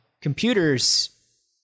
computer's